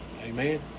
Amen